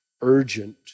urgent